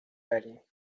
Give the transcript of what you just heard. داریم